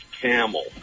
camel